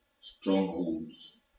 strongholds